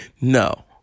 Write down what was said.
No